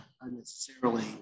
unnecessarily